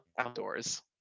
outdoors